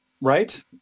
Right